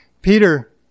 Peter